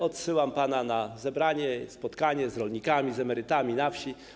Odsyłam pana na zebranie, spotkanie z rolnikami, z emerytami na wsi.